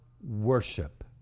Worship